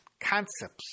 concepts